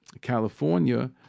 California